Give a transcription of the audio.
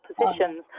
positions